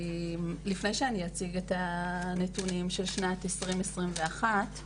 לפני שאני אציג את הנתונים של שנת 2021 אני